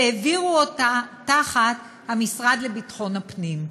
והעבירו אותה תחת המשרד לביטחון הפנים.